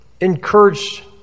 encourage